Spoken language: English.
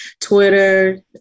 Twitter